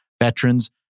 veterans